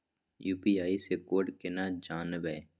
UPI से code केना जानवै?